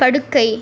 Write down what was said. படுக்கை